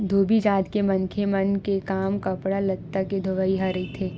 धोबी जात के मनखे मन के काम कपड़ा लत्ता के धोवई ह रहिथे